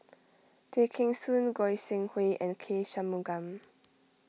Tay Kheng Soon Goi Seng Hui and K Shanmugam